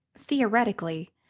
theoretically,